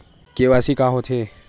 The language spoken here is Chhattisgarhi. के.वाई.सी का होथे?